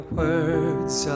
words